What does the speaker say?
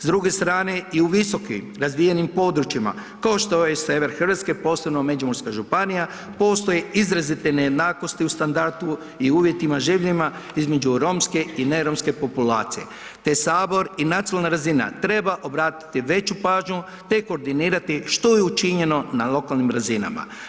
S druge strane, i u visokim razvijenim područjima, košto je sever RH, posebno Međimurska županija, postoje izrazite nejednakosti u standardu i uvjetima življenjima između romske i neromske populacije, te sabor i nacionalna razina treba obratiti veću pažnju, te koordinirati što je učinjeno na lokalnim razinama.